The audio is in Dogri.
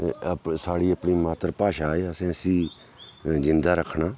एह् अप साढ़ी अपनी मात्तर भाशा ऐ असें इसी जींदा रक्खना